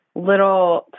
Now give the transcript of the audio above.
little